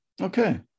okay